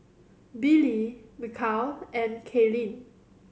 Billy Michal and Kaylin